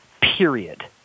period